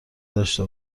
داشته